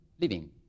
living